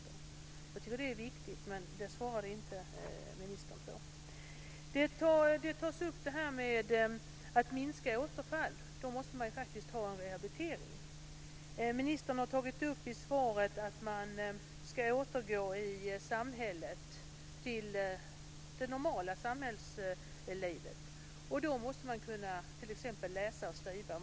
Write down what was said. Jag tycker att det är viktigt, men det svarade inte ministern på. Det här med att minska återfallen tas upp. Då måste man faktiskt ha en rehabilitering. Ministern har i svaret tagit upp att man ska återgå till det normala samhällslivet. Då måste man t.ex. kunna läsa och skriva.